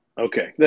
Okay